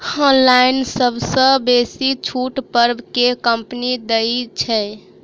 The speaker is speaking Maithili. ऑनलाइन सबसँ बेसी छुट पर केँ कंपनी दइ छै?